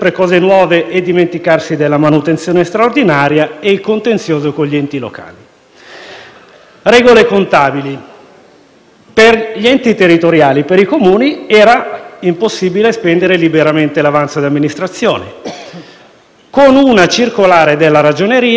Con una circolare della ragioneria abbiamo tolto questo vincolo per cui dall'anno prossimo, anzi già da quest'anno, tutti i comuni d'Italia possono spendere liberamente l'avanzo di amministrazione. Solo questo comporta circa un miliardo di investimenti aggiuntivi in più.